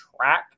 track